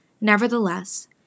Nevertheless